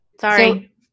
Sorry